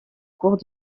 cours